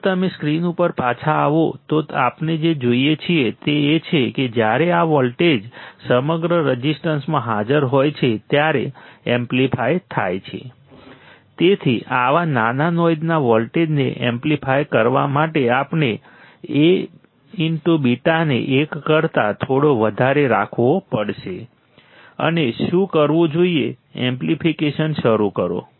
જો તમે સ્ક્રીન ઉપર પાછા આવો તો આપણે જે જોઈએ છીએ તે એ છે કે જ્યારે આ વોલ્ટેજ સમગ્ર રઝિસ્ટન્સમાં હાજર હોય છે ત્યારે એમ્પ્લીફાય થાય છે તેથી આવા નાના નોઇઝના વોલ્ટેજને એમ્પ્લીફાય કરવા માટે આપણે A β ને 1 કરતા થોડો વધારે રાખવો પડશે અને શું શરૂ કરવું જોઈએ એમ્પ્લીફિકેશન શરૂ કરો